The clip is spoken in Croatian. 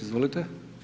Izvolite.